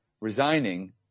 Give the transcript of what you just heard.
resigning